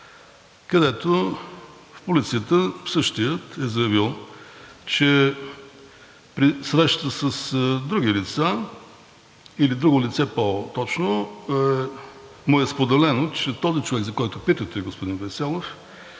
където в полицията същият е заявил, че при среща с други лица, или друго лице по-точно, му е споделено, че този човек, за когото питате, господин Вейселов,